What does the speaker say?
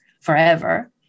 forever